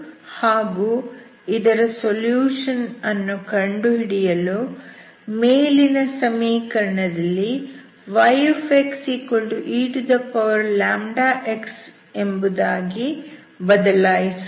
ಹಾಗೂ ಇದರ ಸೊಲ್ಯೂಷನ್ ಅನ್ನು ಕಂಡುಹಿಡಿಯಲು ಮೇಲಿನ ಸಮೀಕರಣದಲ್ಲಿ yxeλx ಎಂಬುದಾಗಿ ಬದಲಾಯಿಸೋಣ